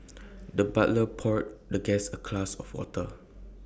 the butler poured the guest A class of water